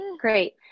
great